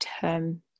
term